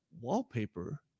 wallpaper